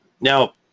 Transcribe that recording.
Now